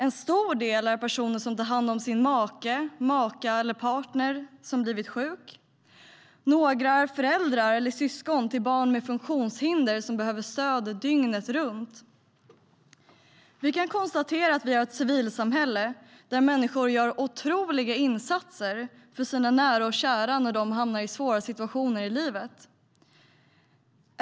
En stor del är personer som tar hand om sin make, maka eller partner som blivit sjuk. Några är föräldrar eller syskon till barn med funktionshinder som behöver stöd dygnet runt. Vi kan konstatera att vi har ett civilsamhälle där människor gör otroliga insatser för sina nära och kära när de hamnar i svåra situationer i livet.